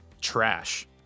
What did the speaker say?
trash